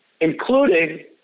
including